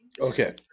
Okay